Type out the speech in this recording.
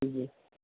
جی